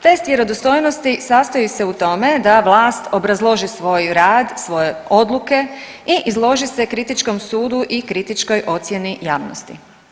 Test vjerodostojnosti sastoji se u tome da vlast obrazloži svoj rad, svoje odluke i izloži se kritičkom sudu i kritičkoj ocjeni javnosti.